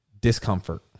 discomfort